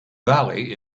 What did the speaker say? valley